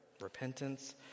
repentance